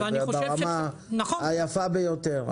וברמה היפה ביותר.